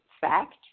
fact